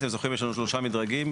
אתם זוכרים, יש לנו שלושה מדרגים.